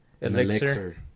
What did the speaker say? elixir